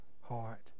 heart